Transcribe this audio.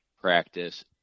practice